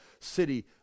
city